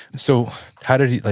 so how did he,